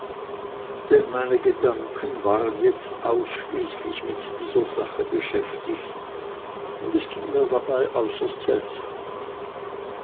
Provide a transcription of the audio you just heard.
denn meine gedanken waren jetzt ausschließlich mit dieser sache beschäftigt und es ging mir dabei äußerst seltsam